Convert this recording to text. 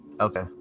Okay